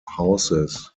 houses